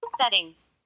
Settings